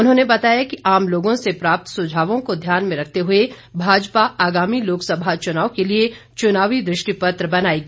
उन्होंने बताया कि आम लोगों से प्राप्त सुझावों को ध्यान में रखते हुए भाजपा आगामी लोकसभा चुनाव के लिए चुनावी दृष्टि पत्र बनाएगी